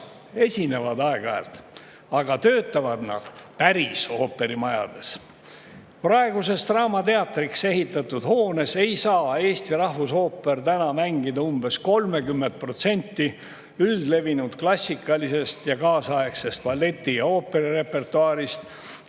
esinevad aeg-ajalt, aga töötavad nad päris ooperimajades. Praeguses draamateatriks ehitatud hoones ei saa Eesti rahvusooper mängida umbes 30% üldlevinud klassikalisest ja kaasaegsest balleti- ja ooperirepertuaarist,